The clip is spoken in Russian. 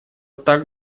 так